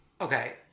Okay